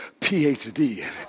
PhD